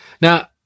Now